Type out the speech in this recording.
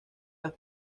las